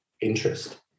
interest